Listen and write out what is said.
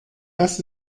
das